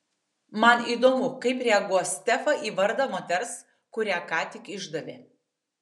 man įdomu kaip reaguos stefa į vardą moters kurią ką tik išdavė